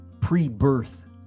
pre-birth